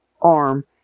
arm